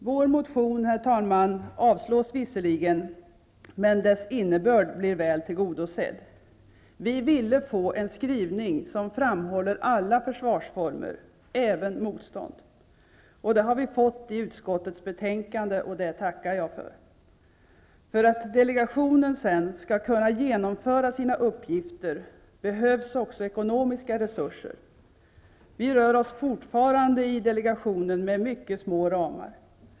Vår motion avstyrks visserligen, men dess innebörd blir väl tillgodosedd. Vi ville få en skrivning som framhåller alla försvarsformer -- även motstånd. Det har vi fått i utskottets betänkande, och det tackar jag för. För att delegationen sedan skall kunna genomföra sina uppgifter behövs också ekonomiska resurser. Vi rör oss fortfarande med mycket små ramar.